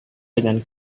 dengan